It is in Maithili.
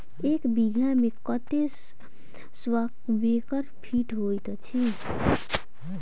एक बीघा मे कत्ते स्क्वायर फीट होइत अछि?